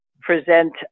present